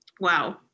Wow